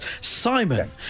Simon